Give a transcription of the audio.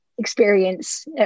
experience